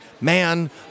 man